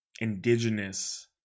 indigenous